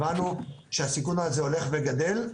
הבנו שהסיכון הזה הולך וגדל.